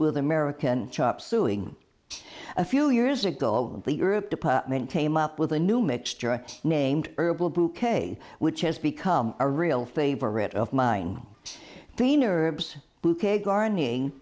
with american chops suing a few years ago over europe department came up with a new mixture named herbal bouquet which has become a real favorite of mine deen herbs bouquet gardening